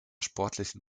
sportlichen